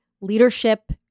leadership